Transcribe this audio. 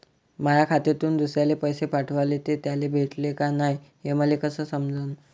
माया खात्यातून दुसऱ्याले पैसे पाठवले, ते त्याले भेटले का नाय हे मले कस समजन?